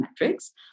metrics